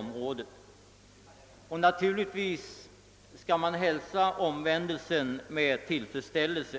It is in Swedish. Omvändelsen skall naturligtvis hälsas med tillfredsställelse.